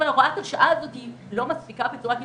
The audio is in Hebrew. אבל הוראת השעה הזאת לא מספיקה בצורה קיצונית,